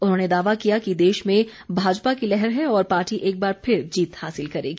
उन्होंने दावा किया कि देश में भाजपा की लहर है और पार्टी एकबार फिर जीत हासिल करेगी